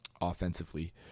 offensively